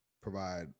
provide